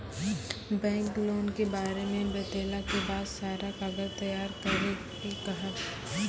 Bank loan के बारे मे बतेला के बाद सारा कागज तैयार करे के कहब?